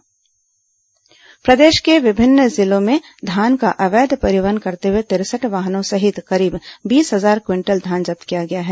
अवैध धान परिवहन प्रदेश के विभिन्न जिलों में धान का अवैध परिवहन करते हुए तिरसठ वाहनों सहित करीब बीस हजार क्विंटल धान जब्त किया गया है